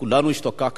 כולנו השתוקקנו.